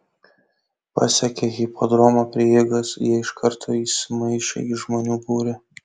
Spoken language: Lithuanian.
pasiekę hipodromo prieigas jie iš karto įsimaišė į žmonių būrį